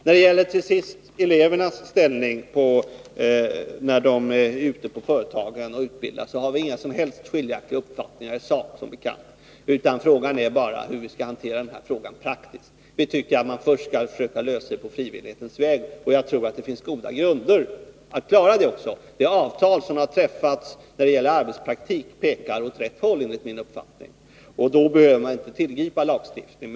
När det till sist gäller elevernas ställning då de är ute på företagen och utbildas har vi inga som helst skilda uppfattningar i sak, utan frågan är bara hur vi skall hantera det hela praktiskt. Vi anser att man skall börja med att försöka lösa problemen på frivillighetens väg, och jag tror också att det finns goda möjligheter att klara det. De avtal som har träffats när det gäller arbetspraktik pekar åt rätt håll, enligt min uppfattning, och då behöver man inte tillgripa lagstiftning.